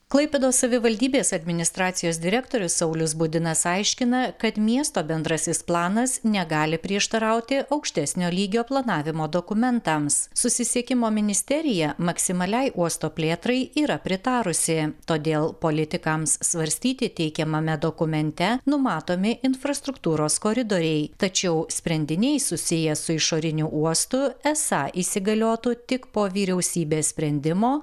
klaipėdos savivaldybės administracijos direktorius saulius budinas aiškina kad miesto bendrasis planas negali prieštarauti aukštesnio lygio planavimo dokumentams susisiekimo ministerija maksimaliai uosto plėtrai yra pritarusi todėl politikams svarstyti teikiamame dokumente numatomi infrastruktūros koridoriai tačiau sprendiniai susiję su išoriniu uostu esą įsigaliotų tik po vyriausybės sprendimo